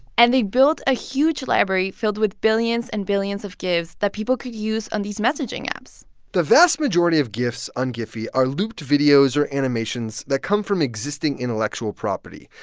and they built a huge library filled with billions and billions of gifs that people could use on these messaging apps the vast majority of gifs on giphy are looped videos or animations that come from existing intellectual property,